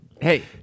Hey